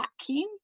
vacuum